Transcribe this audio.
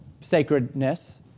sacredness